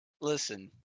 Listen